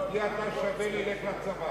אבל תהיה אתה שווה לי ולך לצבא.